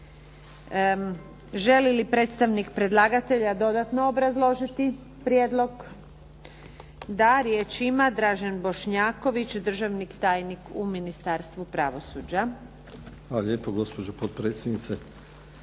Želi li predstavnik predlagatelja dodatno obrazložiti prijedlog? Da. Riječ ima Dražen Bošnjaković, državni tajnik u Ministarstvu pravosuđa.